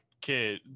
kid